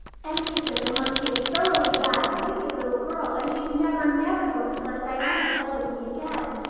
and she says i must be a thoroughly bad, wicked little girl and she's never, never going to let diana play with me again.